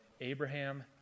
Abraham